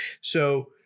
So-